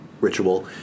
ritual